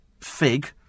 fig